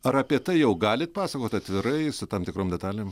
ar apie tai jau galit papasakot atvirai su tam tikrom detalėm